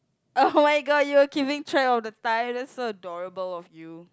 oh-my-god you were keeping track of the time that's so adorable of you